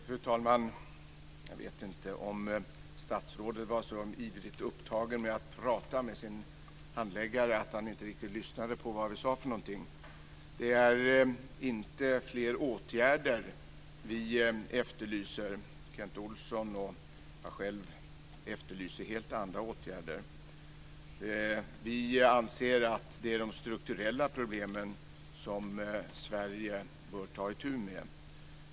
Fru talman! Jag vet inte om statsrådet var så ivrigt upptagen av att tala med sin handläggare att han inte riktigt lyssnade på vad vi sade. Det är inte fler åtgärder som vi efterlyser. Kent Olsson och jag själv efterlyser helt andra åtgärder. Vi anser att det är de strukturella problemen som Sverige bör ta itu med.